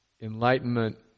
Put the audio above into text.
enlightenment